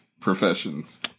professions